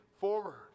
forward